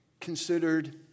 considered